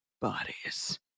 bodies